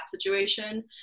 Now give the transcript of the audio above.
situation